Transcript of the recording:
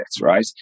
right